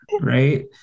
right